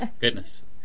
Goodness